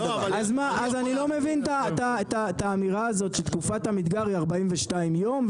אז אני לא מבין את האמירה הזאת שתקופת המדגר היא 42 יום,